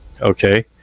okay